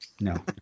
No